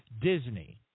Disney